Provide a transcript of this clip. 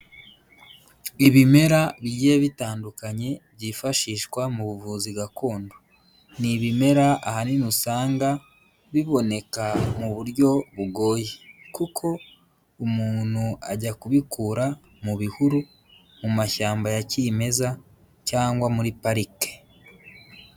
Ibimera bigiye bitandukanye byifashishwa mu buvuzi gakondo, ni ibimera ahanini usanga biboneka mu buryo bugoye kuko umuntu ajya kubikura mu bihuru, mu mashyamba ya kimeza cyangwa muri parike.